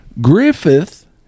Griffith